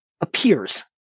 appears